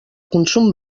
consum